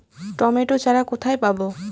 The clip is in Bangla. টমেটো চারা কোথায় পাবো?